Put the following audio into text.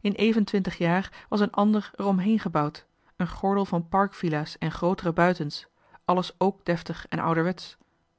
in even twintig jaar was een ander er om heen gebouwd een gordel van park villas en grootere buitens alles k deftig doend en ouderwetsch